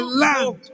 land